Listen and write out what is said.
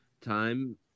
Time